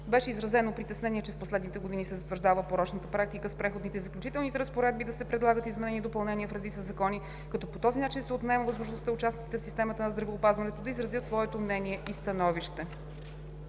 Беше изразено притеснение, че в последните години се затвърждава порочната практика с Преходните и заключителните разпоредби да се предлагат изменения и допълнения в редица закони, като по този начин се отнема възможността участниците в системата на здравеопазването да изразят своето мнение и становище.